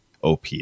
OP